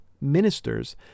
Ministers